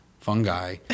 fungi